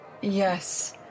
Yes